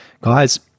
guys